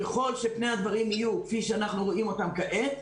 ככל שפני הדברים יהיו כפי שאנחנו רואים אותם כעת,